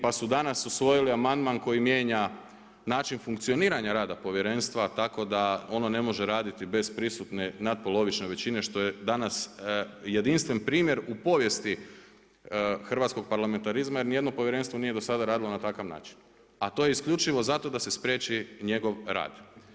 Pa su danas usvojili amandman koji mijenja način funkcioniranja rada povjerenstva tako da ono ne može raditi bez prisutne natpolovične većine što je danas jedinstven primjer u povijesti hrvatskog parlamentarizma jer ni jedno povjerenstvo nije do sada radilo na takav način a to je isključivo zato da se spriječi njegov rad.